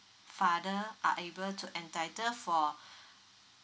father are able to entitle for